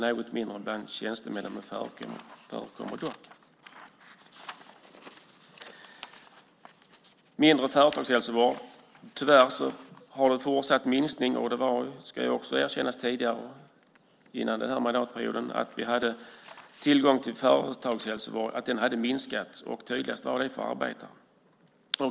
Något färre tjänstemän drabbas, men det förekommer att även att dessa drabbas. Tyvärr fortsätter minskningen när det gäller tillgången till företagshälsovård. Men det ska erkännas att tillgången till företagshälsovård minskade också före den här mandatperioden - tydligast för arbetare.